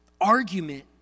argument